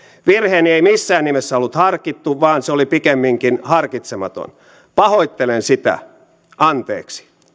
virheeni ei missään nimessä ollut harkittu vaan se oli pikemminkin harkitsematon pahoittelen sitä anteeksi